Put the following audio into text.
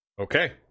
Okay